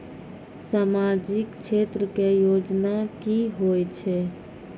समाजिक क्षेत्र के योजना की होय छै?